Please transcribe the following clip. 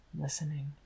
Listening